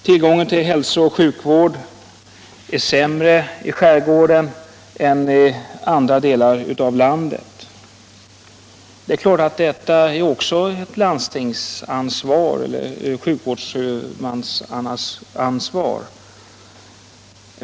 Tillgången till hälsooch sjukvård är sämre i skärgården än i andra delar av landet. Det är också här sjukvårdshuvudmännen som har ansvaret.